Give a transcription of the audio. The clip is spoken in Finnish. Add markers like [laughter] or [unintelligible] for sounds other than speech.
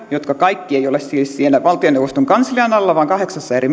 jotka kaikki eivät siis ole siellä valtioneuvoston kanslian alla vaan kahdeksassa eri [unintelligible]